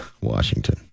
Washington